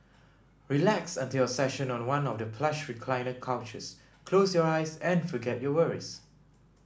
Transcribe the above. relax until your session on one of the plush recliner couches close your eyes and forget your worries